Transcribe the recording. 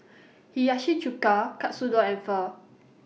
Hiyashi Chuka Katsudon and Pho